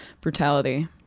Brutality